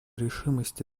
решимости